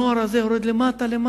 הנוער הזה יורד למטה-למטה.